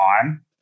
time